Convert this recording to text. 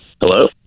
Hello